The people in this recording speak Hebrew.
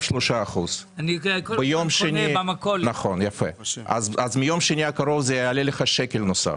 3%. מיום שני הקרוב זה יעלה לך שקל נוסף.